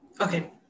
Okay